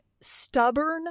stubborn